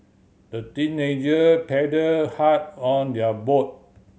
the teenager paddled hard on their boat